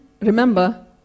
remember